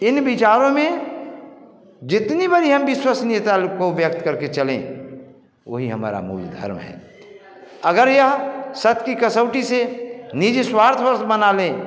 इन विचारों में जितनी बड़ी हम विश्वसनीयता को हम व्यक्त करके हम चलें वही हमारा मूल धर्म है अगर यह सत्य की कसौटी से निजी स्वार्थवश बना लें